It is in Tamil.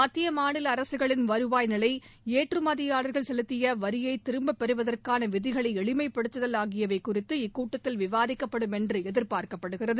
மத்திய மாநில அரசுகளின் வருவாய் நிலை ஏற்றுமதியாளா்கள் செலுத்திய வரியை திரும்ப பெறுவதற்கான விதிகளை எளிமைட்படுத்துதல் ஆகியவை குறித்து இக்கூட்டத்தில் விவாதிக்கப்படும் என்று எதிப்பார்க்கப்படுகிறது